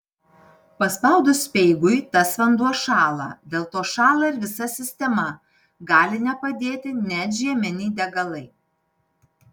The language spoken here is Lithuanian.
paspaudus speigui tas vanduo šąla dėl to šąla ir visa sistema gali nepadėti net žieminiai degalai